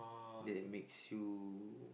that makes you